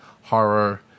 horror